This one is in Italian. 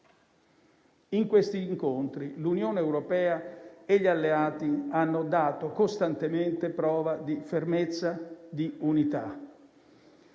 In questi incontri l'Unione europea e gli alleati hanno dato costantemente prova di fermezza e unità.